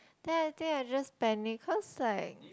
then I think I just panic cause like